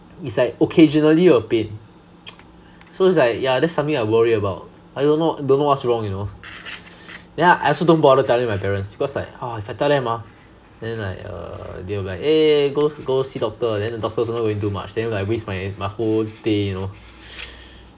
it's like occasionally will pain so it's like yeah that's something I worry about I don't know don't know what's wrong you know then I I also don't bother telling my parents because like ah if I tell them ah then like err they will like eh go go see doctor and then the doctor also not going to do much then like waste my my whole day you know